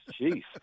Jeez